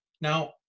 Now